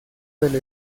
del